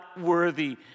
worthy